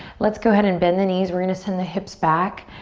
let's go ahead and bend the knees. we're gonna send the hips back.